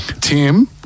Tim